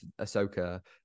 Ahsoka